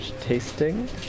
tasting